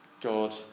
God